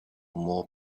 more